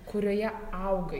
kurioje augai